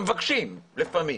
מבקשים לפעמים.